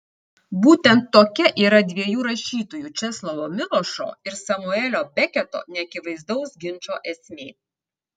būtent tokia yra dviejų rašytojų česlovo milošo ir samuelio beketo neakivaizdaus ginčo esmė